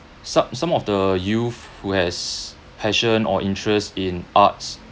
so~ some of the youth who has passion or interest in arts